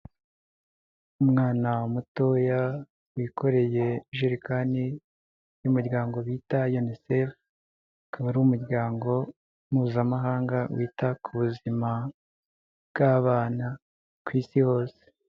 Umwana mutoya wikoreye ijerekani y'umuryango bita UNICEF, akaba ari umuryango mpuzamahanga wita ku buzima bw'abana ku isi hose.